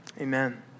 Amen